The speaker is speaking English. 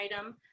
item